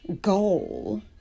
goal